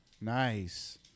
Nice